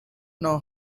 know